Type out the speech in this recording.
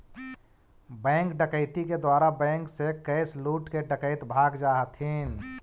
bank डकैती के द्वारा बैंक से कैश लूटके डकैत भाग जा हथिन